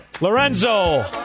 Lorenzo